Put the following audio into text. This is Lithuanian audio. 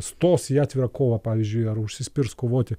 stos į atvirą kovą pavyzdžiui ar užsispirs kovoti